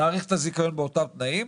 נאריך את הזיכיון באותם תנאים".